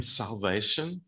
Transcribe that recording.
salvation